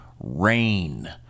Rain